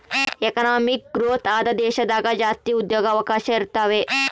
economic growth ಆದ ದೇಶದಾಗ ಜಾಸ್ತಿ ಉದ್ಯೋಗವಕಾಶ ಇರುತಾವೆ